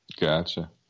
Gotcha